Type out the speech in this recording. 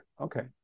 Okay